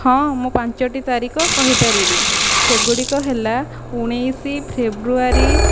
ହଁ ମୁଁ ପାଞ୍ଚଟି ତାରିଖ କହିପାରିବି ସେଗୁଡ଼ିକ ହେଲା ଉଣେଇଶି ଫେବୃଆରୀ